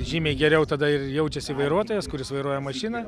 žymiai geriau tada ir jaučiasi vairuotojas kuris vairuoja mašiną